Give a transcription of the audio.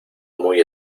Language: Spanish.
muy